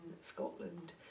Scotland